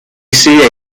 see